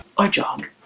my job